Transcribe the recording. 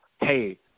hey